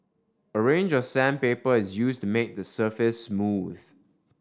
a range of sandpaper is used to make the surface smooth